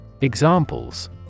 Examples